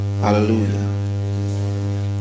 Hallelujah